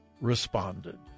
responded